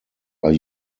are